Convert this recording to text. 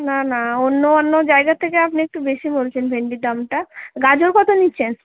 না না অন্য অন্য জায়গার থেকে আপনি একটু বেশি বলছেন ভেণ্ডির দামটা গাজর কত নিচ্ছেন